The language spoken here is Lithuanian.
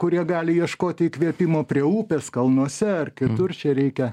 kurie gali ieškoti įkvėpimo prie upės kalnuose ar kitur čia reikia